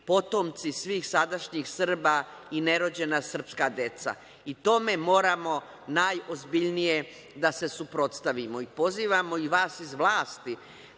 potomci svih sadašnjih Srba i nerođena srpska deca i tome moramo najozbiljnije da se suprotstavimo i pozivamo i vas iz vlasti